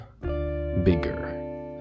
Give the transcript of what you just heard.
bigger